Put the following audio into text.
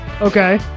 Okay